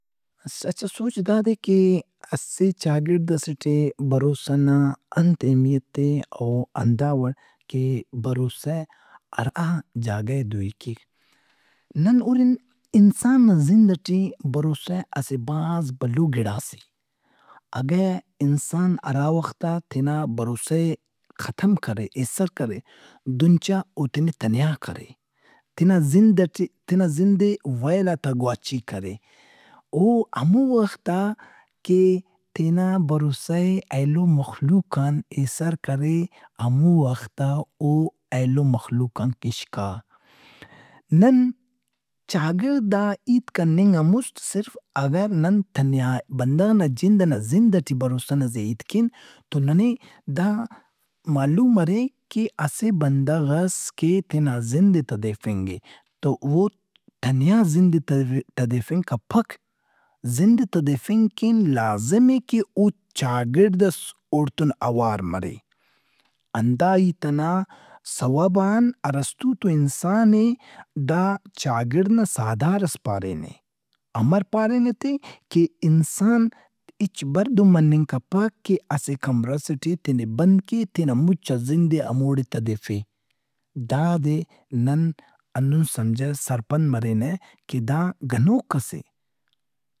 اسہ اچھا سوج داد اے کہ اسہ چاگڑد ئسے ٹے بھروسہ نا انت اہمیت اے او ہندا وڑکہ بھروسہ ارا جاگہ ئے دوئی کیک۔ نن ہُرن انسان نا زند ئٹے بھروسہ اسہ بھاز بھلو گِڑاس اے۔ اگہ انسان ہرا وخت آ تینا بھروسہ ئے ختم کرے، ایسر کرے دہن چا او تینے تنیا کرے۔ تینا زند ئٹے، تینا زندئے ویلات آ گواچی کرے۔ او ہمو وخت آ کہ تینا بھروسہ ئے ایلو مخلوق آن ایسر کرے۔ ہمو وخت آ او ایلو مخلوق ان کشکا۔ نن چاگڑد آ ہیت کننگ ان مُست صرف اگہ نن تنیائی بندغ نا جند ئنا زند ئٹے بھروسہ نا زیا ہیت کین توننے دا معلوم مریک کہ اسہ بندغس کے تینا زند ئے تدیفنگ اے تو او تنیا زندئے تدیفنگ کپک۔ زند ئے تدیفنگ کن لازم اے کہ چاگڑد ئس اوڑتُن اوار مرے۔ ہندا ہیت ئنا سوب ان ارسطو تو انسان ئے دا چاگڑد نا سہدارس پارینے۔ امر پارینے تہِ؟ کہ انسان ہچ بر دہن مننگ کپک کہ اسہ کمرہ سے ٹے تینے بند کے تینا مچا زندئے ہموڑے تدیفہِ۔ دادے نن ہندن سمجھنہ، سرپند مرینہ کہ دا گنوک ئس اے۔